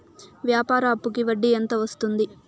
వ్యాపార అప్పుకి వడ్డీ ఎంత వస్తుంది?